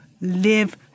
live